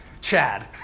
Chad